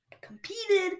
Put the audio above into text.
competed